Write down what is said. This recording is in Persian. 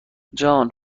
جان